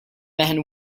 man